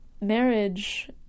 Marriage